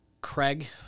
Craig